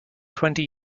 twenty